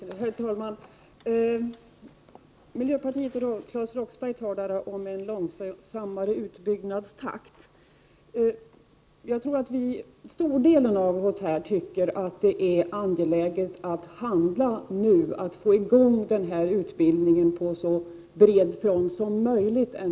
Herr talman! Miljöpartiets Claes Roxbergh talade om en långsammare utbyggnadstakt. Jag tror att majoriteten av oss anser att det är angeläget att handla nu, att få i gång denna utbildning på så bred front som möjligt.